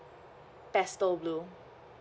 pastel blue